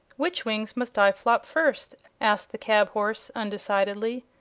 which wings must i flop first? asked the cab-horse, undecidedly.